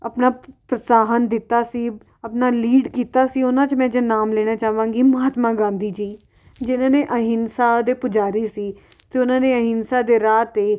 ਆਪਣਾ ਪ੍ਰਸਾਹਣ ਦਿੱਤਾ ਸੀ ਆਪਣਾ ਲੀਡ ਕੀਤਾ ਸੀ ਉਹਨਾਂ 'ਚ ਮੈਂ ਜੇ ਨਾਮ ਲੈਣਾ ਚਾਹਾਂਗੀ ਮਹਾਤਮਾ ਗਾਂਧੀ ਜੀ ਜਿਨ੍ਹਾਂ ਨੇ ਅਹਿੰਸਾ ਦੇ ਪੁਜਾਰੀ ਸੀ ਅਤੇ ਉਹਨਾਂ ਨੇ ਅਹਿੰਸਾ ਦੇ ਰਾਹ 'ਤੇ